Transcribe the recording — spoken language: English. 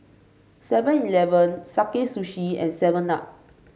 Seven Eleven Sakae Sushi and Seven Up